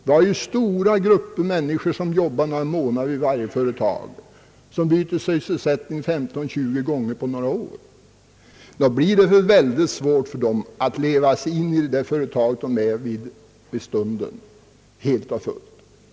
Det finns stora grupper som byter sysselsättning 15—20 gånger i livet. Det blir mycket svårt för dessa att leva sig in i varje företag helt och fullt.